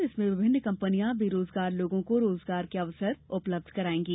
जिसमें विभिन्न कंपनियां बेरोजगार लोगों को रोजगार के अवसर उपलब्ध कराएंगी